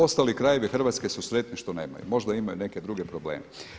Ostali krajevi Hrvatske su sretni što nemaju, možda imaju neke druge probleme.